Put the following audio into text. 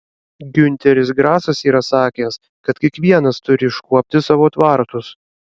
giunteris grasas yra sakęs kad kiekvienas turi iškuopti savo tvartus